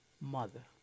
mother